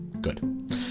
Good